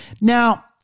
Now